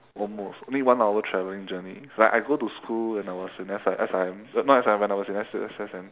almost need one hour traveling journey like I go to school when I was in S_I~ S_I_M not S_I_M when I was in S_U_S_S and